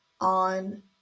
on